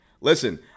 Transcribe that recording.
Listen